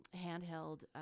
handheld